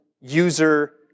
user